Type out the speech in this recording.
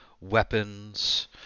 weapons